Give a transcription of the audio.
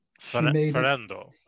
Fernando